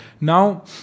Now